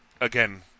again